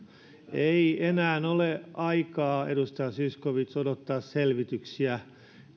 ei enää ole aikaa edustaja zyskowicz odottaa selvityksiä